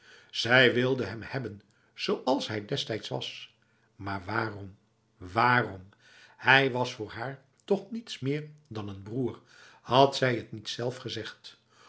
zij wilde hem hebben zooals hij destijds was maar waarom waarom hij was voor haar toch niets meer dan een broer had zij t niet zelf gezegd